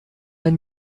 ein